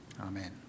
Amen